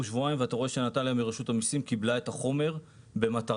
שבועיים ואתה רואה שנטליה מרשות המיסים קיבלה את החומר במטרה